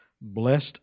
blessed